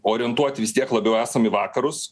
orientuoti vis tiek labiau esam į vakarus